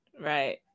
Right